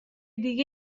دیگه